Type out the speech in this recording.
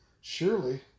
Surely